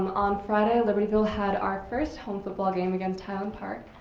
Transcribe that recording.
on friday, libertyville had our first home football game against highland park.